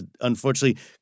Unfortunately